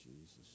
Jesus